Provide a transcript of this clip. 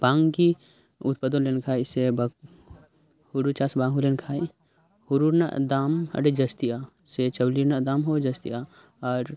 ᱵᱟᱝ ᱜᱮ ᱩᱛᱯᱟᱫᱚᱱ ᱞᱮᱱᱠᱷᱟᱱ ᱥᱮ ᱵᱟᱠᱚ ᱦᱳᱲᱳ ᱪᱟᱥ ᱵᱟᱝ ᱦᱳᱭ ᱞᱮᱱ ᱠᱷᱟᱱ ᱦᱳᱲᱳ ᱨᱮᱱᱟᱜ ᱫᱟᱢ ᱟᱰᱤ ᱡᱟᱥᱛᱤᱜᱼᱟ ᱥᱮ ᱪᱟᱣᱞᱮ ᱨᱮᱱᱟᱜ ᱫᱟᱢ ᱦᱚᱸ ᱟᱰᱤ ᱡᱟᱥᱛᱤᱜᱼᱟ ᱟᱨ